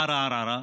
ערערה,